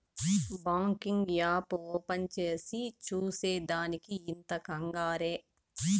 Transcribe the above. banking app open చేసి చూసే దానికి ఇంత కంగారే